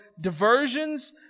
diversions